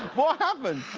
what happened?